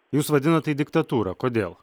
jūs vadinat tai diktatūra kodėl